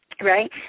right